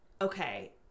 okay